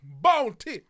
Bounty